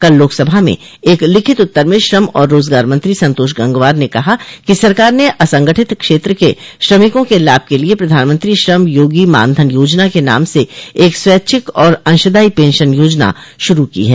कल लोकसभा में एक लिखित उत्तर में श्रम और रोजगार मंत्री संतोष गंगवार ने कहा कि सरकार ने असंगठित क्षेत्र के श्रमिकों के लाभ के लिए प्रधानमंत्री श्रम योगी मानधन योजना के नाम से एक स्वैच्छिक और अंशदायी पशन योजना शुरू को है